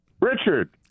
Richard